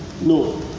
No